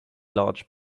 large